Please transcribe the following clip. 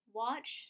watch